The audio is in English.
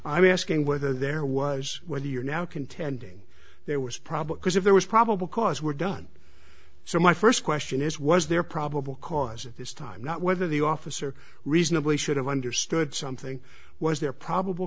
was asking whether there was whether you're now contending there was problem because if there was probable cause were done so my first question is was there probable cause at this time not whether the officer reasonably should have understood something was there probable